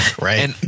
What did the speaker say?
Right